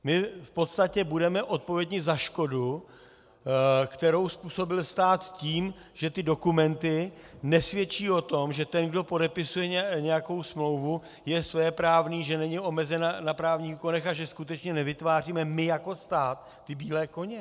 My v podstatě budeme odpovědni za škodu, kterou způsobil stát tím, že dokumenty nesvědčí o tom, že ten, kdo podepisuje nějakou smlouvu, je svéprávný, že není omezen na právních úkonech a že skutečně nevytváříme my jako stát ty bílé koně.